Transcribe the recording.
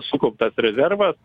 sukauptas rezervas